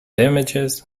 images